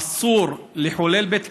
אסור לחלל בית קברות,